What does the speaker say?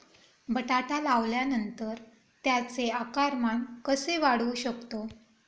बटाटा लावल्यानंतर त्याचे आकारमान कसे वाढवू शकतो?